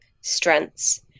strengths